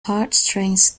heartstrings